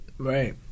Right